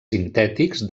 sintètics